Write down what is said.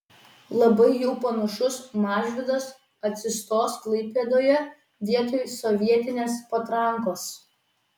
labai jau panašus mažvydas atsistos klaipėdoje vietoj sovietinės patrankos